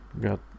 got